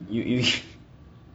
you you